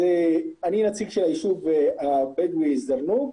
אני נציג של היישוב הבדואי אל-זרנוג.